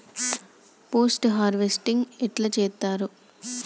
Post harvesting ఎట్ల చేత్తరు?